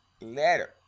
letter